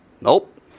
Nope